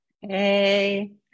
hey